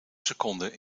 seconden